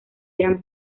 eran